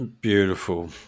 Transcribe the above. Beautiful